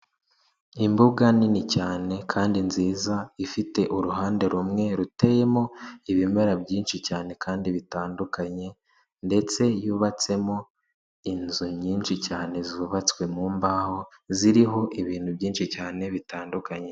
Imbuga nini cyane kandi nziza, ifite uruhande rumwe ruteyemo ibimera byinshi cyane kandi bitandukanye ndetse yubatsemo inzu nyinshi cyane zubatswe mu mbaho, ziriho ibintu byinshi cyane bitandukanye.